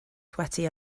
sweaty